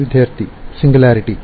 ವಿದ್ಯಾರ್ಥಿ ಸಿಂಗುಲಾರಿಟಿ